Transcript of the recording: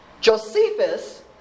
Josephus